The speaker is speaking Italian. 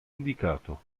indicato